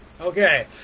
okay